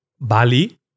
Bali